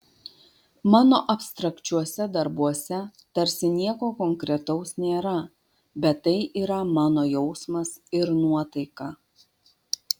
mano abstrakčiuose darbuose tarsi nieko konkretaus nėra bet tai yra mano jausmas ir nuotaika